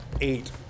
eight